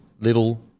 Little